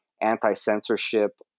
anti-censorship